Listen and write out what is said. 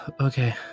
Okay